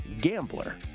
Gambler